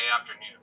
afternoon